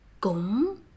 Cũng